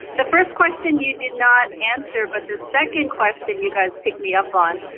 the first question you did not answer. but the second question you guys pick me up on,